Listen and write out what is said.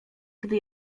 gdy